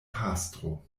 pastro